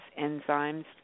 enzymes